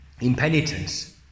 impenitence